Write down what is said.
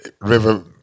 River